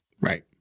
right